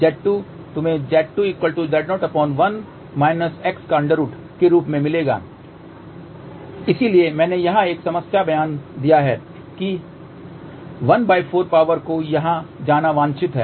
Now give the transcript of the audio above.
Z2 तुमे Z2Z0√1−x के रूप में मिलेगा इसलिए मैंने यहां एक समस्या बयान दिया है कि कि ¼ पावर को यहां जाना वांछित है